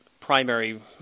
primary